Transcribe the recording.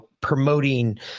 promoting